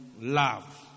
love